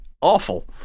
Awful